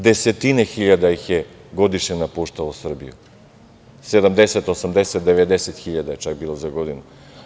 Desetine hiljada ih je godišnje napuštalo Srbiju, 70, 80, 90 hiljada je čak bilo za godinu.